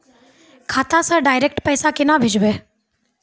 खाता से डायरेक्ट पैसा केना भेजबै?